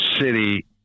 city